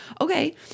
okay